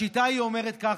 השיטה אומרת ככה: